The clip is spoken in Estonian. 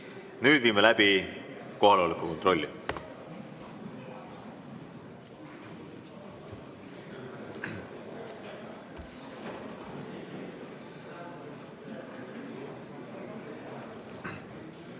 Nüüd viime läbi kohaloleku kontrolli.